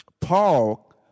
Paul